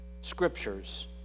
scriptures